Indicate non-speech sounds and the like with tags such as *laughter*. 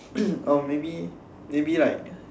*coughs* or maybe maybe like